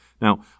Now